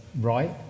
right